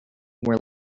were